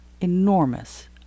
enormous